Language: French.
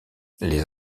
les